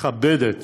מכבדת